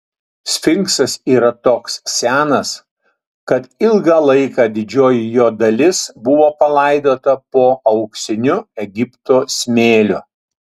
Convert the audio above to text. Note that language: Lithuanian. sfinksas yra toks senas kad ilgą laiką didžioji jo dalis buvo palaidota po auksiniu egipto smėliu